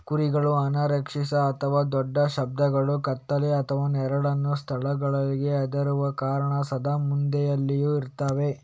ಕುರಿಗಳು ಅನಿರೀಕ್ಷಿತ ಅಥವಾ ದೊಡ್ಡ ಶಬ್ದಗಳು, ಕತ್ತಲೆ ಅಥವಾ ನೆರಳಿನ ಸ್ಥಳಗಳಿಗೆ ಹೆದರುವ ಕಾರಣ ಸದಾ ಮಂದೆಯಲ್ಲಿಯೇ ಇರ್ತವೆ